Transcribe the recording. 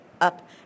up